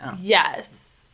Yes